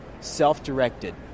self-directed